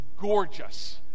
gorgeous